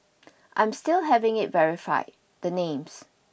I'm still having it verified the names